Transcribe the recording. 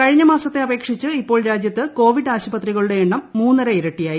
കഴിഞ്ഞ മാസത്തെ അപേക്ഷിച്ച് ഇപ്പോൾ രാജ്യത്ത് കേവിഡ് ആശുപത്രികളുടെ എണ്ണം മൂന്നര് ഇരട്ടിയായി